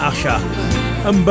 Usher